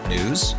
News